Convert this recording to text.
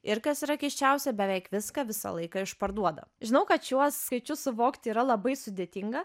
ir kas yra keisčiausia beveik viską visą laiką išparduoda žinau kad šiuos skaičius suvokti yra labai sudėtinga